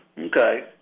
Okay